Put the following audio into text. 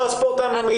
לא הספורט העממי,